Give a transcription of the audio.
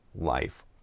life